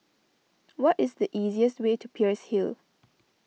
what is the easiest way to Peirce Hill